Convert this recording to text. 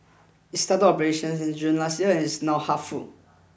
it started operations in June last year and is now half full